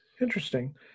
Interesting